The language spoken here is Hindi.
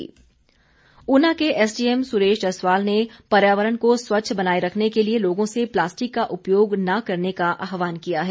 पर्यावरण ऊना के एसडीएम सुरेश जसवाल ने पर्यावरण को स्वच्छ बनाए रखने के लिए लोगों से प्लास्टिक का उपयोग न करने का आहवान किया है